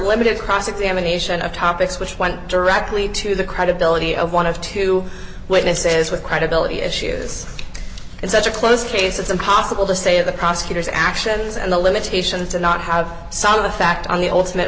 limited cross examination of topics which went directly to the credibility of one of two witnesses with credibility issues in such a close case it's impossible to say of the prosecutor's actions and the limitations to not have some of the fact on the ultimate